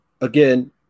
Again